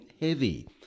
heavy